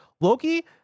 loki